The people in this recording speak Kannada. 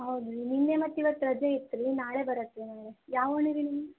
ಹೌದ್ ರೀ ನಿನ್ನೆ ಮತ್ತು ಇವತ್ತು ರಜೆ ಇತ್ತು ರೀ ನಾಳೆ ಬರತ್ತೆ ರೀ ನಾಳೆ ಯಾವ ಓಣಿ ರೀ ನಿಮ್ಮದು